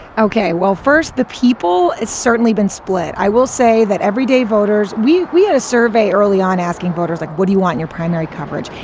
ok. well, first, the people. it's certainly been split. i will say that everyday voters. we we had a survey early on asking voters like, what do you want your primary coverage?